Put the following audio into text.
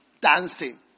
Dancing